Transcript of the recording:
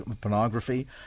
pornography